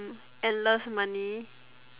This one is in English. mm endless money